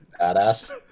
badass